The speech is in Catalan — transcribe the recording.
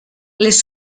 les